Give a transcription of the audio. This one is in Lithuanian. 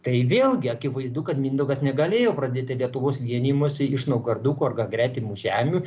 tai vėlgi akivaizdu kad mindaugas negalėjo pradėti lietuvos vienijimosi iš naugarduko ar gretimų žemių